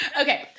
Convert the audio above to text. okay